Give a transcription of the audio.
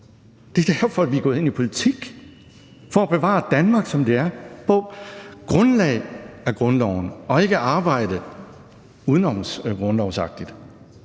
Det er derfor, at vi er gået ind i politik. Det er for at bevare Danmark, som det er, på grundlag af grundloven og ikke for at arbejde udenomsgrundlovsagtigt.